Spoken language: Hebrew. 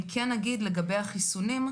אני כן אגיד לגבי החיסונים,